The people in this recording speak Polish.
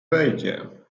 wejdzie